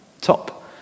top